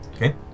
Okay